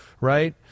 right